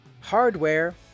Hardware